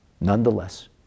nonetheless